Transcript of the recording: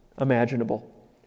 imaginable